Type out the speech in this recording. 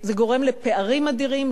זה גורם לפערים אדירים,